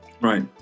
Right